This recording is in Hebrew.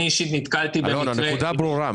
הנקודה ברורה.